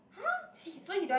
!huh! so he don't want